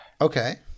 okay